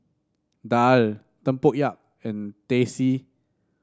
daal tempoyak and Teh C